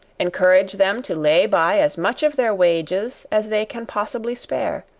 encourage them to lay by as much of their wages as they can possibly spare,